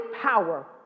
power